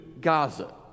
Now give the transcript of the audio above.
Gaza